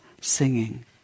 singing